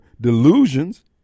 delusions